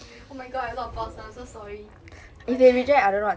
oh my god I a lot of 爆声 I'm so sorry but